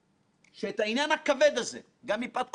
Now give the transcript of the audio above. אומר כך: